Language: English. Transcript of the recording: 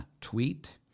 tweet